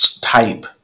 type